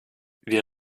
wir